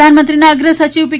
પ્રધાનમંત્રીના અગ્ર સચિવ પી